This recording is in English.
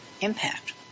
impact